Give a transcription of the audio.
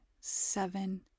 seven